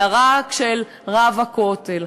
אלא רק של רב הכותל.